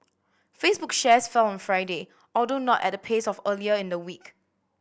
Facebook shares fell on Friday although not at the pace of earlier in the week